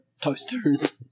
toasters